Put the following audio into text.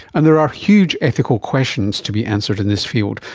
and there are huge ethical questions to be answered in this field,